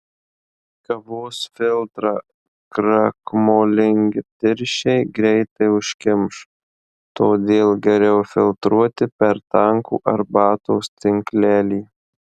kavos filtrą krakmolingi tirščiai greitai užkimš todėl geriau filtruoti per tankų arbatos tinklelį